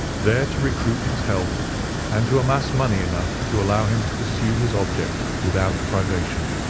there to recruit his health and to amass money enough to allow him to pursue his object without privation.